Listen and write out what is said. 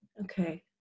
Okay